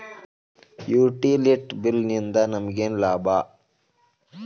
Utility bill ನಿಂದ್ ನಮಗೇನ ಲಾಭಾ?